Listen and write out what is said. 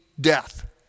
death